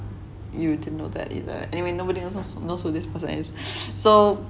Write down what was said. you didn't know that either anyway nobody else knows who this person is so